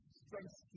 strength